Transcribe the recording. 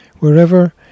Wherever